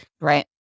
right